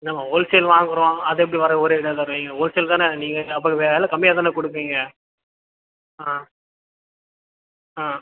என்னம்மா wholesale வாங்குகிறோம் அது எப்படி வரும் ஒரே வைங்க ஹோல் சேல் தானே நீங்கள் அப்புறம் வில கம்மியாக தானே கொடுப்பீங்க ஆ ஆ